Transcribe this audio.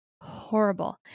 horrible